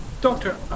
Doctor